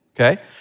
Okay